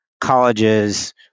colleges